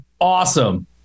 awesome